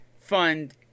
fund